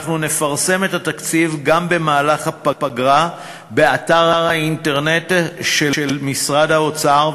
אנחנו נפרסם את התקציב גם במהלך הפגרה באתר האינטרנט של משרד האוצר,